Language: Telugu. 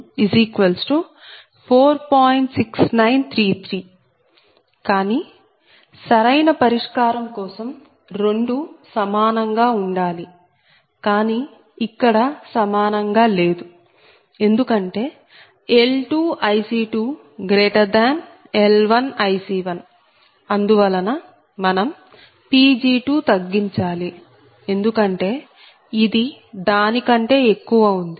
కానీ అభిలాషణీయ పరిష్కారం కోసం రెండూ సమానంగా ఉండాలి కానీ ఇక్కడ సమానంగా లేదు ఎందుకంటే L2IC2L1IC1అందువలన మనం Pg2 తగ్గించాలి ఎందుకంటే ఇది దాని కంటే ఎక్కువ ఉంది